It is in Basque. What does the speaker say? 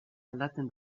aldatzen